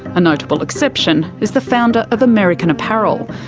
a notable exception is the founder of american apparel,